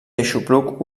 aixopluc